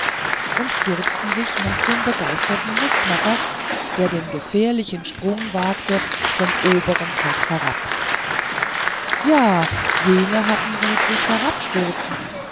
und stürzten sich nach dem begeisterten nußknacker der den gefährlichen sprung wagte vom obern fach herab ja jene hatten gut sich herabstürzen